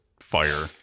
fire